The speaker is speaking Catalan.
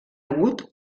agut